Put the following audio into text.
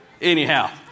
Anyhow